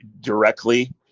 directly